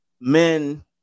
men